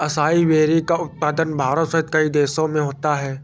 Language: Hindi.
असाई वेरी का उत्पादन भारत सहित कई देशों में होता है